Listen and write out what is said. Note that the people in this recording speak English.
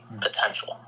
potential